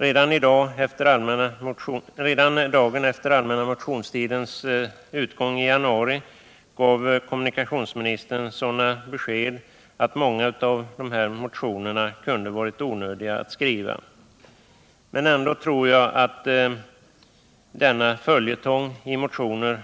Redan dagen efter den allmänna motionstidens utgång i januari gav kommunikationsministern sådana besked att det kunde ha varit onödigt att skriva många av dessa motioner, men ändå tror jag att denna följetong i motioner